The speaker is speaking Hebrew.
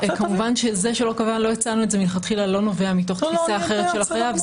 כמובן שזה שלא הצענו את זה מלכתחילה לא נובע מתוך תפיסה אחרת של החייב,